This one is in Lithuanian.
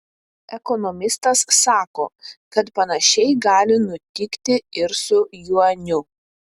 ekonomistas sako kad panašiai gali nutikti ir su juaniu